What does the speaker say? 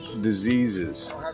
diseases